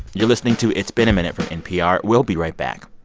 you're listening to it's been a minute from npr. we'll be right back